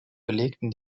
belegten